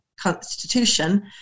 constitution